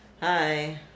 Hi